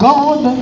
God